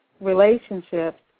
relationships